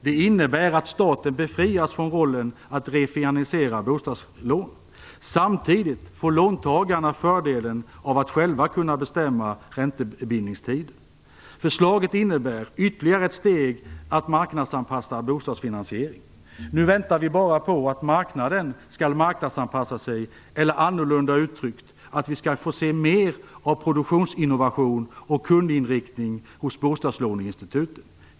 Det innebär att staten befrias från rollen att refinansiera bostadslån. Samtidigt får låntagarna fördelen av att själva kunna bestämma räntebindningstider. Förslaget innebär ytterligare ett steg i att marknadsanpassa bostadsfinansiering. Nu väntar vi bara på att marknaden skall marknadsanpassa sig eller, annorlunda uttryckt, att vi skall få se mer av produktinnovation och kundinriktning hos bostadslåneinstituten.